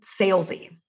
salesy